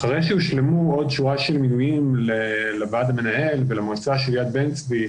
אחרי שהושלמו עוד שורה של מינויים לוועד המנהל ולמועצה של יד בן-צבי,